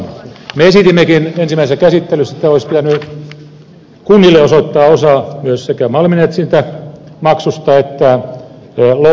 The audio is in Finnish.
me esitimmekin ensimmäisessä käsittelyssä että olisi pitänyt kunnille osoittaa osa myös sekä malminetsintämaksusta että louhintamaksusta